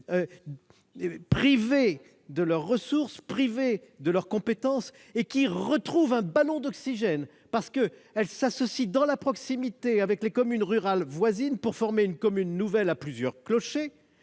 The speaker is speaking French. privées de leurs ressources et de leurs compétences. Elles retrouvent un ballon d'oxygène en s'associant, dans la proximité, avec les communes rurales voisines pour former une commune nouvelle, à plusieurs clochers,